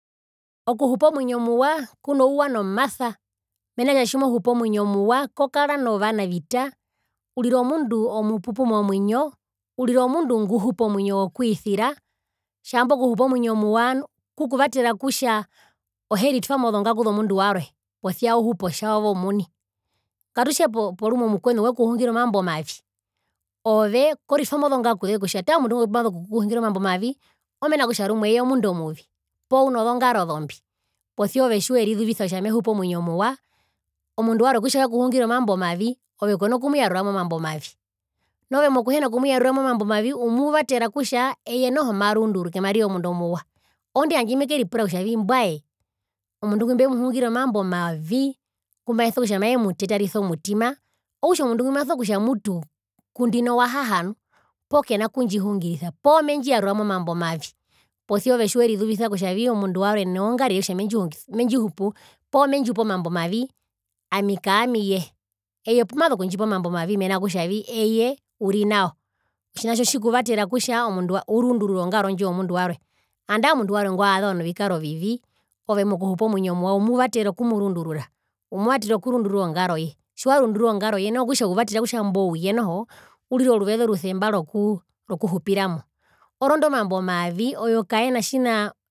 Okuhupa omwinyo mena rokutja tjimohupu omwinyo muwa kokara novanavita urira omundu omupupu momwinyo urira omundu nguhupa omwinyo wokwisira tjamba okuhupa omwinyo muwa nu kukuvatera kutja oheritwamo mozongaku zomundu warwe posia uhupe otjaove omuni, ngatutje rumwe omukwenu wekuhungire omambo mavi, ove koritwa mozongakuze kutja tara omundu ngo pumazu okukuhungira omambo mavi omena rokutja rumwe eye omundu omuvi poo unozongaro zombi mara ove tjiwatja mehupu omwinyo muwa omundu warwe kutja wekuhungire omambo mavi ove kona kumuyaruramo mambo mavi, nu ove mokuhena kumuyaruamo mambo mavi umuvatera kutja eye nomarunduruke marire omundu omuwa oondi handje mekeripura kutjavi mbwae omundu ngwi mbemuhungire omambo mavi ngumaeso kutja maemutetarisa omutima omundu ngwi maso kutja mutu kundino wahaha nu pokena kundjihungirisa poo mendjiyaruramo mambo mavi posia ove tjiwerizuvisa kutjavi noongarire omundu warwe mendjihumbu poo mendjipe omambo mavi ami kaamiye eye opumazu okundjipa mambo mavi mena rokutjavi eye uri nao, otjina tjo tjikuvatera kutja omundu warwe orundurure ongaro ndjo yomundu warwe andae omundu arwe ngwavazewa novikaro vivi ove mokuhupa omwinyo muwa umuvatera okumurundurura umuvatera okurunbdurura ongaroye tjiwarundurura ongaroye noho okutja uvatera kutja imbouye noho urire oruveze orusemba roku rokuhupiramo orondu omambo mavi owo kaena tjina